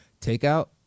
takeout